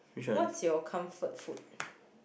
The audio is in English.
what's your comfort food